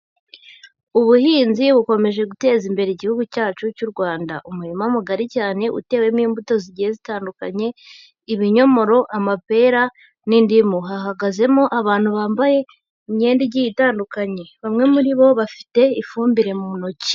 Ubuhinzi bukomeje guteza imbere Igihugu cyacu cy'u Rwanda. Umurima mugari cyane utewe utewemo imbuto zigiye zitandukanye: ibinyomoro, amapera n'indimu, hahagazemo abantu bambaye imyenda igiye itandukanye. Bamwe muri bo bafite ifumbire mu ntoki.